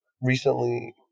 recently